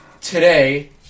today